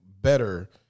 better